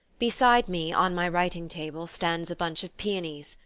beside me, on my writing-table, stands a bunch of peonies,